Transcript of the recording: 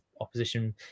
opposition